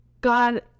god